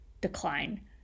decline